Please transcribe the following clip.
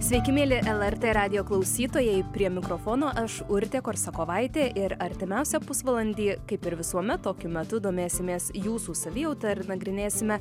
sveiki mieli lrt radijo klausytojai prie mikrofono aš urtė korsakovaitė ir artimiausią pusvalandį kaip ir visuomet tokiu metu domėsimės jūsų savijauta ir nagrinėsime